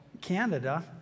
Canada